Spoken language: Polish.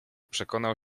przekonał